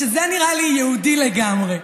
שזה נראה לי יהודי לגמרי.